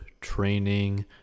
training